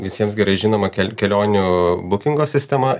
visiems gerai žinoma kel kelionių bukingo sistema